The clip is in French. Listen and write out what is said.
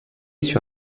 sur